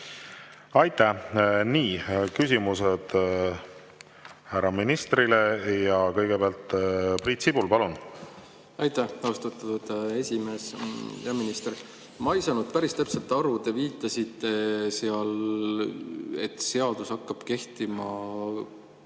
Aitäh! Küsimused härra ministrile. Kõigepealt Priit Sibul, palun! Aitäh, austatud esimees! Hea minister! Ma ei saanud päris täpselt aru. Te viitasite seal, et seadus hakkab kehtima või